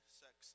sex